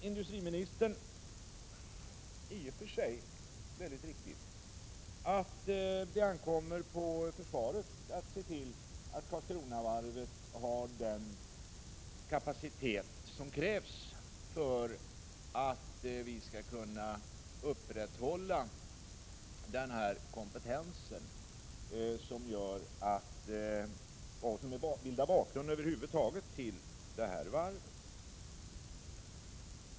Industriministern säger, i och för sig mycket riktigt, att det ankommer främst på försvaret att se till att Karlskronavarvet har den kapacitet som krävs för att man skall kunna upprätthålla den kompetens som utgör grunden för varvet.